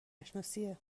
نشناسیه